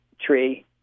tree